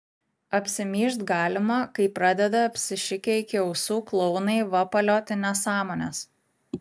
apsimyžt galima kai pradeda apsišikę iki ausų klounai vapalioti nesąmones